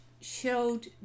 showed